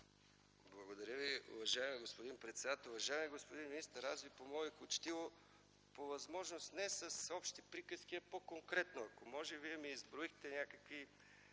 Благодаря Ви. Уважаеми господин председател! Уважаеми господин министър, аз Ви помолих учтиво по възможност не с общи приказки, а по-конкретно, ако може! Вие ми изброихте някакви